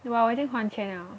well 我已经还钱了